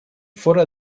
fóra